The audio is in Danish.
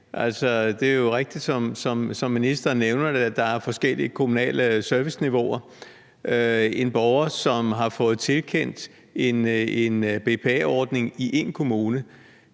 nævner, at der er forskellige kommunale serviceniveauer. En borger, som har fået tilkendt en BPA-ordning i én kommune,